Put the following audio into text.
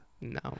No